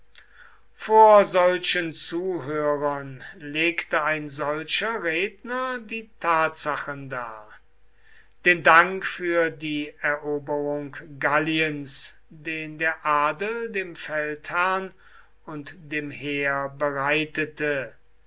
vor solchen zuhörern legte ein solcher redner die tatsachen dar den dank für die eroberung galliens den der adel dem feldherrn und dem heer bereitete